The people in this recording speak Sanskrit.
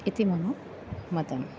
इति मम मतम्